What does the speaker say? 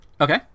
Okay